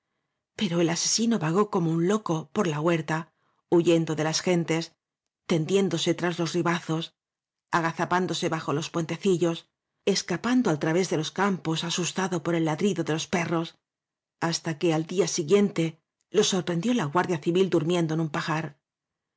pero el asesino vagó como un loco por la huerta huyendo de las gentes tendiéndose tras los ribazos agazapándose bajo los puentecillos escapando al través de los campos asustado por el ladrido de'los perros hasta que al día siguiente lo sorprendió la guardia civil durmiendo en un pajar